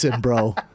bro